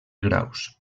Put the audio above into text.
graus